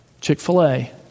Chick-fil-A